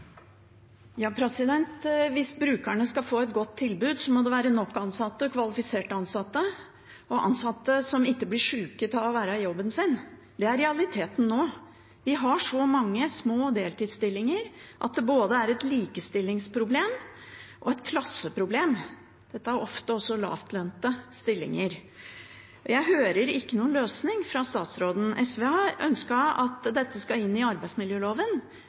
Hvis brukerne skal få et godt tilbud, må det være nok ansatte, kvalifiserte ansatte, og ansatte som ikke blir sjuke av å være i jobben sin. Det er realiteten nå. Vi har så mange små deltidsstillinger at det er både et likestillingsproblem og et klasseproblem. Dette er ofte også lavtlønte stillinger. Jeg hører ikke noen løsning fra statsråden. SV har ønsket at dette skal inn i arbeidsmiljøloven.